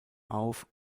auf